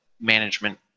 management